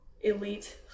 elite